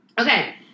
Okay